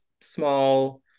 small